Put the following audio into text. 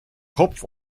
kopf